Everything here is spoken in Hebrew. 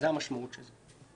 זו המשמעות של זה.